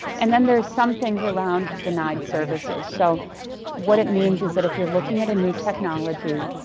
and then there is some things around denied services. so what it means is that if you're looking at a new technology,